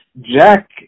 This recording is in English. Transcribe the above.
Jack